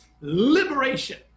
liberation